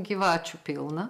gyvačių pilna